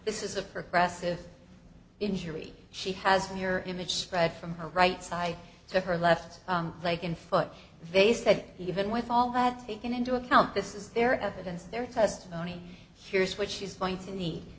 this is a progressive injury she has her image spread from her right side to her left leg and foot they said even with all that taken into account this is their evidence their testimony here's what she's going to need